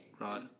Right